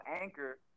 Anchor